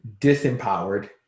disempowered